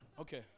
Okay